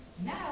Now